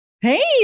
Hey